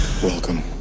Welcome